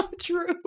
True